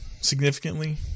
significantly